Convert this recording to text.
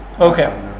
Okay